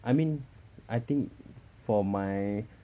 I mean I think for my